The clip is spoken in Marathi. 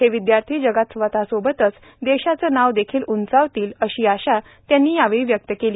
हे विद्यार्थी जगात स्वतःसोबतच देशाचं नाव देखिल उंचावतील अशी आशा त्यांनी यावेळी व्यक्त केली